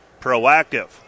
proactive